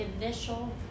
initial